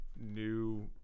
new